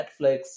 Netflix